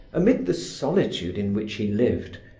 amid the solitude in which he lived,